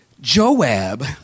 Joab